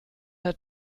der